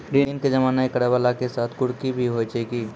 ऋण के जमा नै करैय वाला के साथ कुर्की भी होय छै कि?